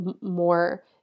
more